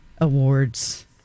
awards